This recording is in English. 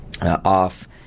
off